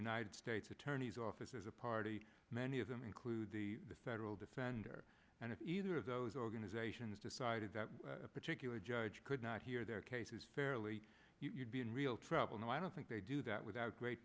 united states attorney's office as a party many of them include the federal defender and if either of those organizations decided that a particular judge could not hear their cases fairly you'd be in real trouble no i don't think they do that without great